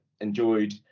enjoyed